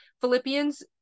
Philippians